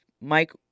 Mike